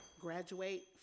graduate